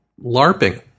LARPing